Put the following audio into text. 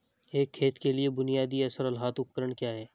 एक खेत के लिए बुनियादी या सरल हाथ उपकरण क्या हैं?